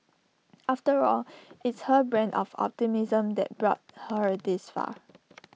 after all it's her brand of optimism that brought her this far